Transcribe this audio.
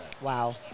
Wow